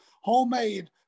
homemade